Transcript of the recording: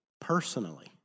personally